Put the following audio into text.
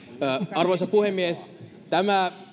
arvoisa puhemies tämä